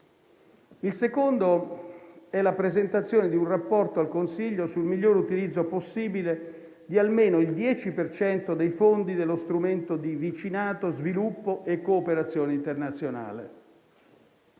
Il secondo è la presentazione di un rapporto al Consiglio sul miglior utilizzo possibile di almeno il 10 per cento dei fondi dello strumento di vicinato, sviluppo e cooperazione internazionale.